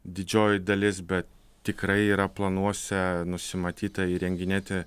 didžioji dalis bet tikrai yra planuose nusimatyta įrenginėti